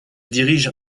dirige